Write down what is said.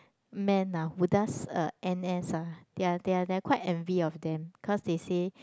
man ah who does uh n_s ah they are they are they are quite envy of them cause they say